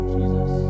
Jesus